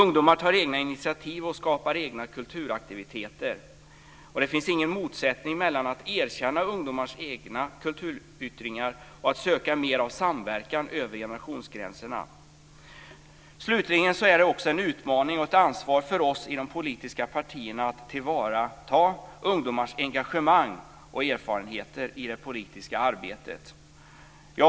Ungdomar tar egna initiativ och skapar egna kulturaktiviteter, och det finns ingen motsättning mellan att erkänna ungdomars egna kulturyttringar och att söka mer av samverkan över generationsgränserna. Slutligen är det också en utmaning och ett ansvar för oss i de politiska partierna att tillvarata ungdomars engagemang och erfarenheter i det politiska arbetet.